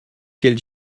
quel